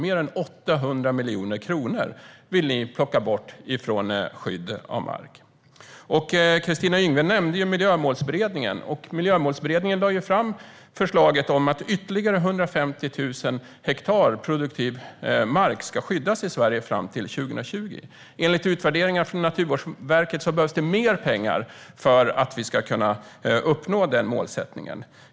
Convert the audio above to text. Ni vill plocka bort mer än 800 miljoner kronor från skyddet av mark. Kristina Yngwe nämnde Miljömålsberedningen. Den lade fram förslaget om att ytterligare 150 000 hektar produktiv mark i Sverige ska skyddas fram till 2020. Enligt utvärderingar från Naturvårdsverket behövs det mer pengar för att vi ska kunna uppnå detta mål.